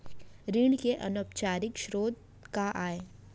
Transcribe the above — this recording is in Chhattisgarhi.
ऋण के अनौपचारिक स्रोत का आय?